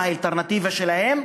מה האלטרנטיבה שלהם,